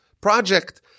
project